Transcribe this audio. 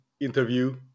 interview